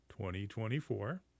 2024